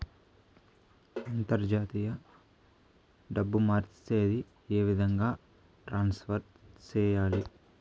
అంతర్జాతీయ డబ్బు మార్చేది? ఏ విధంగా ట్రాన్స్ఫర్ సేయాలి?